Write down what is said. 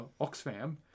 Oxfam